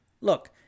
Look